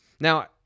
Now